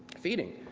feeding,